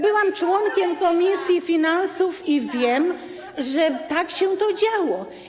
Byłam członkiem komisji finansów i wiem, że tak się działo.